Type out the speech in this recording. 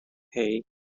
hay